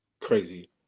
Crazy